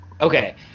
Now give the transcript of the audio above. Okay